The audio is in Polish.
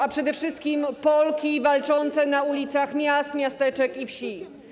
A przede wszystkim Polki walczące na ulicach miast, miasteczek i wsi!